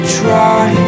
try